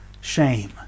shame